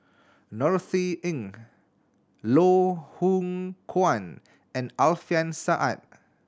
Norothy Ng Loh Hoong Kwan and Alfian Sa'at